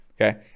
Okay